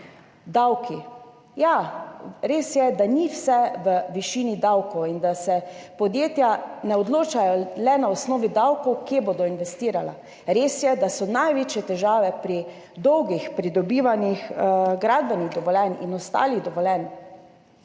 Davki. Ja, res je, da ni vse v višini davkov in da se podjetja ne odločajo le na osnovi davkov, kje bodo investirala. Res je, da so največje težave pri dolgih pridobivanjih gradbenih dovoljenj in ostalih dovoljenj,